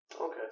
Okay